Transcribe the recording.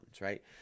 right